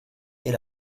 est